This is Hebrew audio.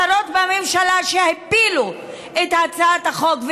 שרות בממשלה שהפילו את הצעת החוק,